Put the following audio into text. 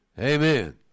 Amen